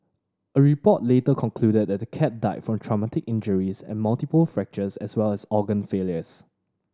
a report later concluded that the cat died from traumatic injuries and multiple fractures as well as organ failures